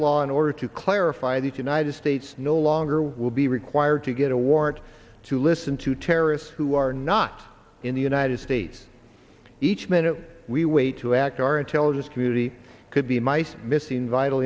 the law in order to clarify these united states no longer will be required to get a warrant to listen to terrorists who are not in the united states each minute we wait to act our intelligence community could be mice missing vital